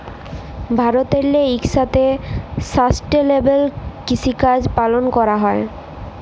ভারতেল্লে ইকসাথে সাস্টেলেবেল কিসিকাজ পালল ক্যরা হ্যয়